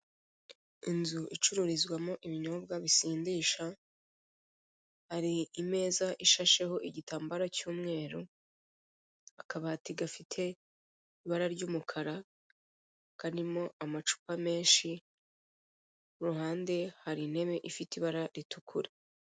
Inzu icururizwamo ibinyobwa bisindisha, hari imeza isasheho igitambaro cy'umweru akabati gafite ibara ry'umukara karimo amacupa menshi ku ruhande hari intebe ifite ibara ritukura.